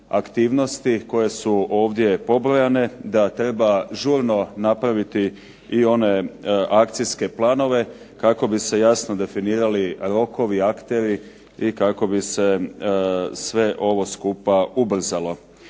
aktivnosti koje su ovdje pobrojane da treba žurno napraviti i one akcijske planove kako bi se jasno definirali rokovi, akteri i kako bi se sve ovo skupa ubrzalo.